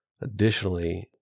Additionally